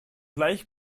gleich